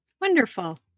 Wonderful